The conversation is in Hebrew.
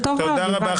תודה רבה.